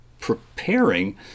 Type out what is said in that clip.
preparing